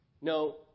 No